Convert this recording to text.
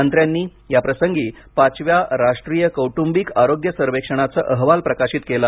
मंत्र्यांनी याप्रसंगी पाचव्या राष्ट्रीय कौटुंबिक आरोग्य सर्वेक्षणाचा अहवाल प्रकाशित केला